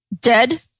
Dead